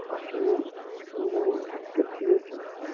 پَشمیٖن یم زَن یم گِفٹِڈ چیٖز چھِ آسان